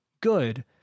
good